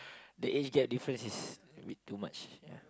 the age gap difference is bit too much